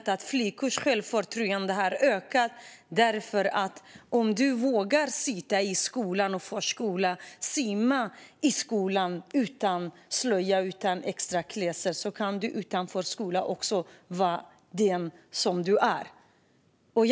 och att flickors självförtroende har ökat, för om du vågar vara i skolan och förskolan och simma på skoltid utan slöja och utan extra klädsel kan du också vara den som du är utanför skolan.